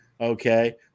okay